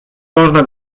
można